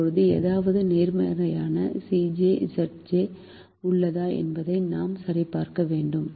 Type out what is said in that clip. இப்போது ஏதாவது நேர்மறையான Cj Zj உள்ளதா என்பதை நாம் சரிபார்க்க வேண்டும்